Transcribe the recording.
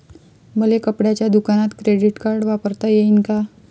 मले कपड्याच्या दुकानात क्रेडिट कार्ड वापरता येईन का?